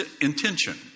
intention